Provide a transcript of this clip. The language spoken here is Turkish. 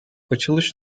açılış